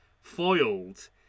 foiled